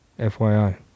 fyi